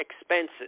expenses